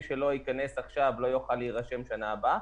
ייכנס עכשיו לא יוכל להירשם לשנה הבאה,